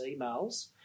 emails